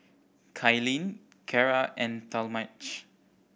Kailyn Cara and Talmage